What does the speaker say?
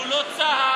שהוא לא צה"ל?